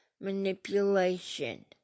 Manipulation